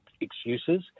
excuses